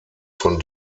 von